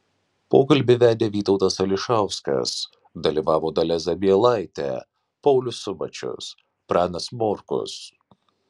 pokalbį vedė vytautas ališauskas dalyvavo dalia zabielaitė paulius subačius pranas morkus